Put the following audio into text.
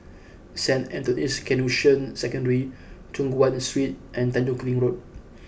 Saint Anthony's Canossian Secondary Choon Guan Street and Tanjong Kling Road